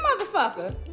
motherfucker